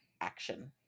action